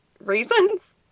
reasons